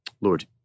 Lord